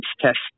test